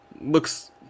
looks